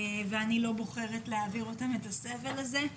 ואני לא בוחרת להעביר אותם את הסבל הזה.